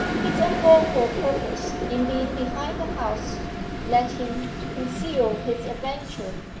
his unlawful purpose in being behind the house led him to conceal his adventure.